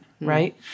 right